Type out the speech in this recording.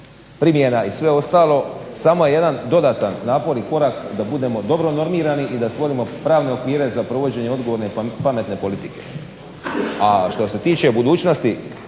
primjera i sve ostalo samo je jedan dodatan napor i korak da budemo dobro normirani i da stvorimo pravne okvire za provođenje odgovorne pametne politike. A što se tiče budućnosti